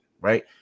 right